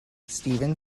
stephen